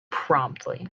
promptly